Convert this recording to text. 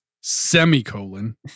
Semicolon